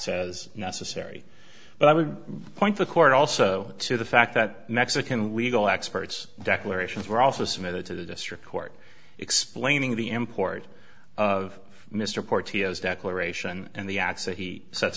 as necessary but i would point the court also to the fact that mexican legal experts declarations were also submitted to the district court explaining the import of mr porteous declaration and the acts that he sets